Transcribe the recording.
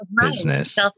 business